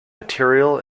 material